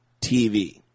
TV